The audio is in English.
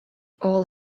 all